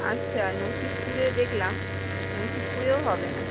আচ্ছা নসিবপুরে দেকলাম নসিবপুরেও হবে না